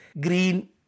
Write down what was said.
Green